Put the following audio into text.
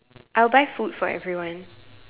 I'll buy food for everyone